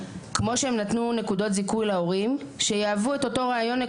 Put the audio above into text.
כמו שהם נתנו נקודות זיכוי להורים שיהוו את אותו רעיון,